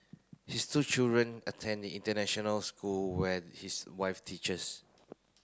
his two children attend the international school where his wife teaches